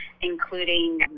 including